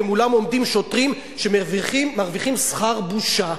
ומולם עומדים שוטרים שמרוויחים שכר בושה.